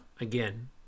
again